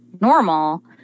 normal